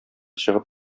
чыгып